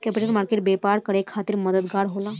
capital market व्यापार करे खातिर मददगार होला